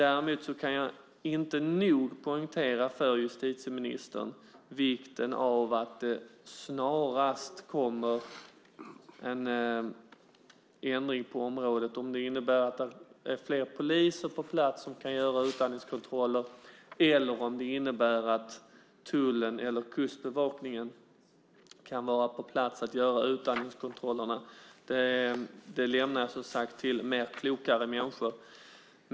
Däremot kan jag inte nog poängtera för justitieministern vikten av att det snarast kommer en ändring på området. Det kan innebära att det är fler poliser på plats som kan utföra utandningskontroller eller att tullen eller Kustbevakningen kan vara på plats att göra utandningskontrollerna. Det lämnar jag till mer klokare människor att avgöra.